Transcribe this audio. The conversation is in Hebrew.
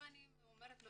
אם אני אומרת לו,